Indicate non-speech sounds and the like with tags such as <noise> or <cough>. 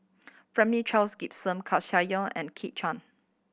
<unintelligible> Charles Gimson Koeh Sia Yong and Kit Chan